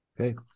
Okay